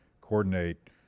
coordinate